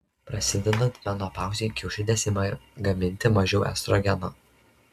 prasidedant menopauzei kiaušidės ima gaminti mažiau estrogeno